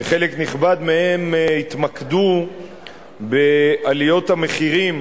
שחלק נכבד מהן התמקדו בעליות המחירים